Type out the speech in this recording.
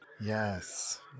Yes